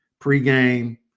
pregame